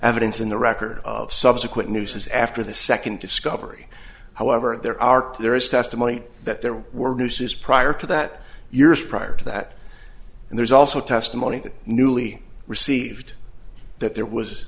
evidence in the record of subsequent news after the second discovery however there are there is testimony that there were nooses prior to that years prior to that and there's also testimony that newly received that there was